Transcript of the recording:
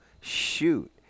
shoot